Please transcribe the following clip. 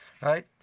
right